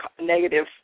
negative